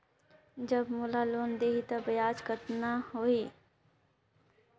जब मोला लोन देही तो ब्याज कतना लेही?